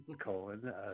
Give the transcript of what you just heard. colon